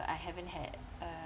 I haven't had a